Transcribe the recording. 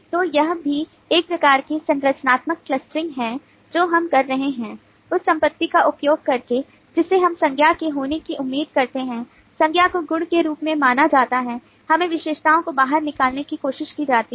तो यह भी एक प्रकार की संरचनात्मक क्लस्टरिंग है जो हम कर रहे हैं उस संपत्ति का उपयोग करके जिसे हम संज्ञा के होने की उम्मीद करते हैं संज्ञा को गुण के रूप में माना जाता है हमें विशेषताओं को बाहर निकालने की कोशिश की जाती है